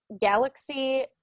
galaxy